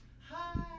Hi